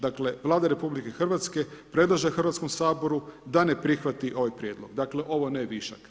Dakle, Vlada RH predlaže Hrvatskom saboru da ne prihvati ovaj prijedlog, dakle ovo ne višak.